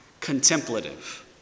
Contemplative